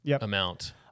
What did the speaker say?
amount